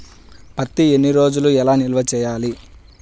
పత్తి ఎన్ని రోజులు ఎలా నిల్వ ఉంచాలి?